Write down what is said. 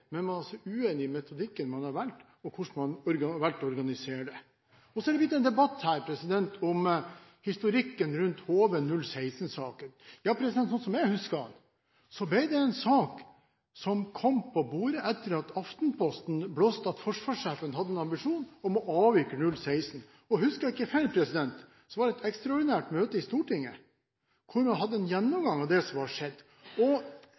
men man er uenig i metodikken man har valgt, og hvordan man har valgt å organisere det. Og så er det blitt en debatt her om historikken rundt HV-016-saken. Slik som jeg husker den, ble det en sak som kom på bordet etter at Aftenposten blåste at forsvarssjefen hadde en ambisjon om å avvikle HV-016. Og husker jeg ikke feil, var det et ekstraordinært møte i Stortinget hvor man hadde en gjennomgang av det som hadde skjedd.